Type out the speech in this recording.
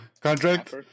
contract